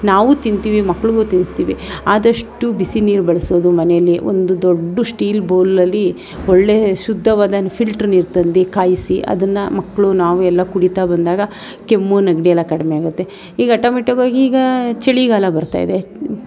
ನಾವು ತಿಂತೀವಿ ಮಕ್ಳಿಗೂ ತಿನ್ನಿಸ್ತೀವಿ ಆದಷ್ಟು ಬಿಸಿ ನೀರು ಬಳಸೋದು ಮನೆಯಲ್ಲಿ ಒಂದು ದೊಡ್ಡ ಸ್ಟೀಲ್ ಬೌಲಲ್ಲಿ ಒಳ್ಳೆಯ ಶುದ್ಧವಾದ ಫಿಲ್ಟ್ರ್ ನೀರು ತಂದು ಕಾಯಿಸಿ ಅದನ್ನು ಮಕ್ಕಳು ನಾವು ಎಲ್ಲ ಕುಡಿತಾ ಬಂದಾಗ ಕೆಮ್ಮು ನೆಗಡಿಯೆಲ್ಲ ಕಡಿಮೆಯಾಗುತ್ತೆ ಈಗ ಆಟೋಮ್ಯಾಟಿಕ್ಕಾಗಿ ಈಗ ಚಳಿಗಾಲ ಬರ್ತಾಯಿದೆ